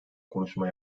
konuşma